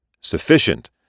sufficient